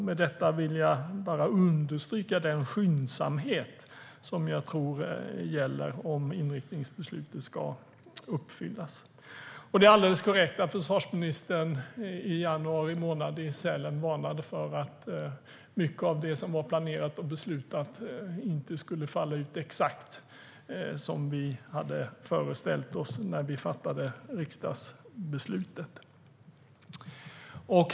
Med detta vill jag bara understryka den skyndsamhet som jag tror måste gälla om intentionerna i inriktningsbeslutet ska uppfyllas. Det är alldeles korrekt att försvarsministern i januari månad i Sälen varnade för att mycket av det som var planerat och beslutat inte skulle falla ut exakt som vi hade föreställt oss när vi fattade riksdagsbeslutet.